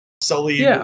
Sully